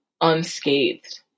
unscathed